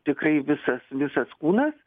tikrai visas visas kūnas